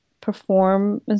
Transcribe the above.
perform